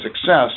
success